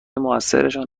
موثرشان